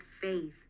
faith